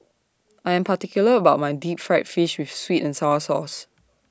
I Am particular about My Deep Fried Fish with Sweet and Sour Sauce